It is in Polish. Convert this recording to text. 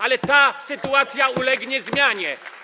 Ale ta sytuacja ulegnie zmianie.